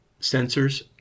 sensors